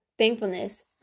Thankfulness